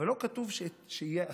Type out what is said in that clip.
אבל לא כתוב שיהיה אסור.